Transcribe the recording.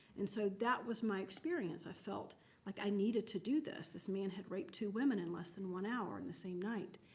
and so that was my experience. i felt like i needed to do this. this man had raped two women in less than one hour on and the same night.